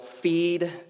feed